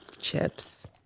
Chips